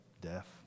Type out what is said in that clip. death